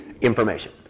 Information